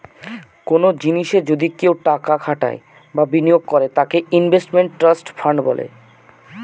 কোনো জিনিসে যদি কেউ টাকা খাটায় বা বিনিয়োগ করে তাকে ইনভেস্টমেন্ট ট্রাস্ট ফান্ড বলে